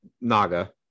Naga